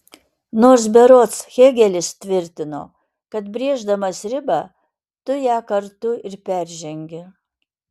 nors berods hėgelis tvirtino kad brėždamas ribą tu ją kartu ir peržengi